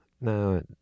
No